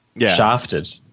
shafted